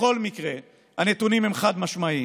בכל מקרה, הנתונים הם חד-משמעיים.